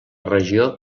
regió